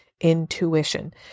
intuition